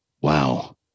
Wow